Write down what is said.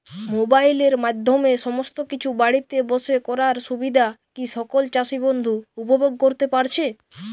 মোবাইলের মাধ্যমে সমস্ত কিছু বাড়িতে বসে করার সুবিধা কি সকল চাষী বন্ধু উপভোগ করতে পারছে?